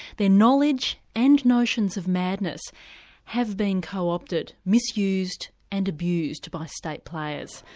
their knowledge and notions of madness have been co-opted, misused and abused by state players.